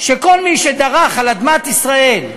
שכל מי שדרך על אדמת ישראל,